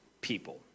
people